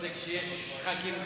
ההצעה להעביר את הנושא לוועדת החוקה,